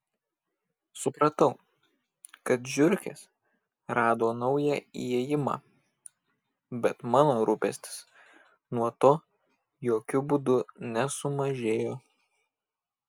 supratau kad žiurkės rado naują įėjimą bet mano rūpestis nuo to jokiu būdu nesumažėjo